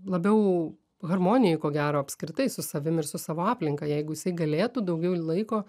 labiau harmonijoj ko gero apskritai su savim ir su savo aplinka jeigu jisai galėtų daugiau laiko